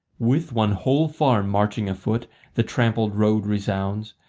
with one whole farm marching afoot the trampled road resounds,